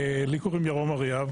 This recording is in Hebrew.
לי קוראים ירום אריאב,